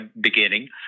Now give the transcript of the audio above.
beginning